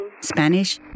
Spanish